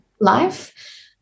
life